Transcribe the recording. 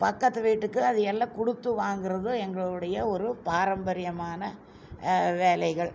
பக்கத்துக்கு வீட்டுக்கு அது எல்லாம் கொடுத்து வாங்குவது எங்களுடைய ஒரு பாரம்பரியமான வேலைகள்